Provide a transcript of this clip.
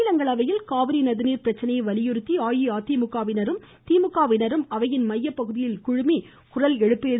மாநிலங்களவையில் காவிரி நதி நீர் பிரச்சனையை வலியுறுத்தி அஇஅதிமுகவினரும் திமுகவினரும் அவையின் மையப்பகுதியில் குழுமி குரல் எழுப்பினார்கள்